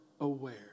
aware